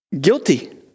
guilty